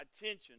attention